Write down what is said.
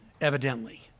evidently